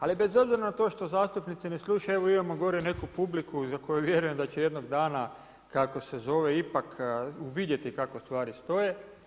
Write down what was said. Ali bez obzira na to što zastupnici ne slušaju, evo imamo gore neku publiku za koju vjerujem da će jednog dana ipak uvidjeti kako stvari stoje.